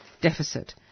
deficit